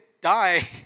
die